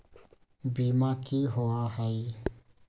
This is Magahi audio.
बीमा की होअ हई?